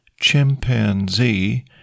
chimpanzee